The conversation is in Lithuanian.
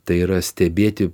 tai yra stebėti